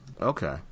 okay